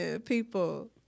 people